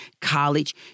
college